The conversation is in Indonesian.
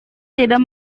tidak